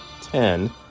ten